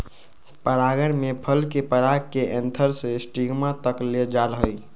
परागण में फल के पराग के एंथर से स्टिग्मा तक ले जाल जाहई